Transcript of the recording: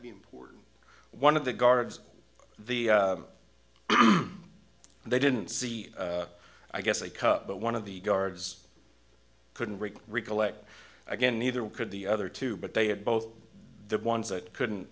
be important one of the guards the they didn't see i guess a couple one of the guards couldn't really recollect again neither could the other two but they had both the ones that couldn't